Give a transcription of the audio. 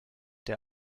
der